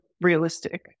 realistic